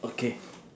okay